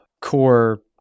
core